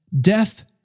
death